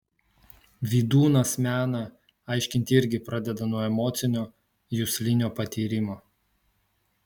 vydūnas meną aiškinti irgi pradeda nuo emocinio juslinio patyrimo